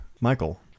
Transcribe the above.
Michael